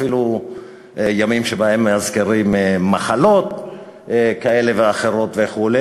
אפילו ימים שבהם מאזכרים מחלות כאלה ואחרות וכו',